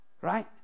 Right